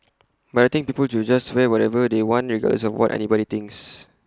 but I think people should just wear whatever they want regardless of what anybody thinks